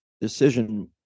decision